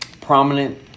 prominent